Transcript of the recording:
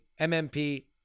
MMP